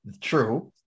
true